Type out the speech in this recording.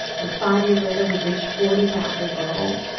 and five years later, we've reached forty thousand girls,